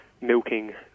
milking